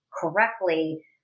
correctly